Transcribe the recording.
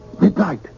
Midnight